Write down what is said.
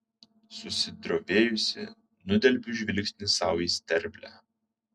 susidrovėjusi nudelbiu žvilgsnį sau į sterblę